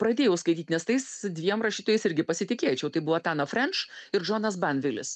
pradėjau skaityt nes tais dviem rašytojais irgi pasitikėčiau tai buvo tana frenš ir džonas bandvilis